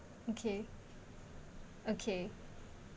okay okay